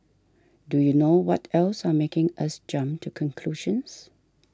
do you know what else are making us jump to conclusions